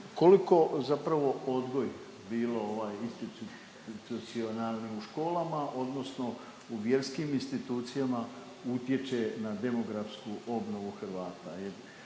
koliko zapravo odgoj bilo ovaj institucionalni u školama odnosno u vjerskim institucijama utječe na demografsku obnovu Hrvata.